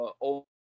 old